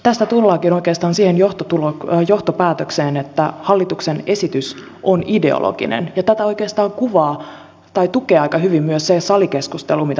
tästä tullaankin oikeastaan siihen johtopäätökseen että hallituksen esitys on ideologinen ja tätä oikeastaan tukee aika hyvin myös se salikeskustelu mitä aikaisemmin käytiin